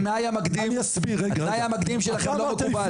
התנאי המקדים שלכם לא מקובל.